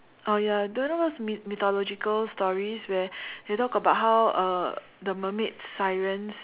oh ya do you know what's myth~ mythological stories where they talk about how uh the mermaid's sirens